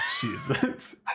Jesus